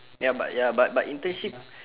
ya but ya but but internship